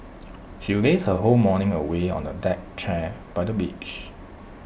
she lazed her whole morning away on A deck chair by the beach